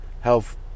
Health